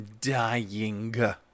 dying